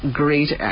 great